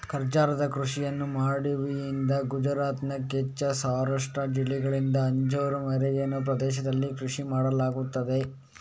ಖರ್ಜೂರದ ಕೃಷಿಯನ್ನು ಮಾಂಡವಿಯಿಂದ ಗುಜರಾತ್ನ ಕಚ್ ಸೌರಾಷ್ಟ್ರ ಜಿಲ್ಲೆಗಳ ಅಂಜಾರ್ ವರೆಗಿನ ಪ್ರದೇಶದಲ್ಲಿ ಕೃಷಿ ಮಾಡಲಾಗುತ್ತದೆ